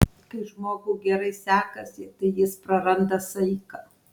kai žmogui gerai sekasi tai jis praranda saiką